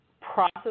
process